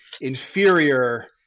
inferior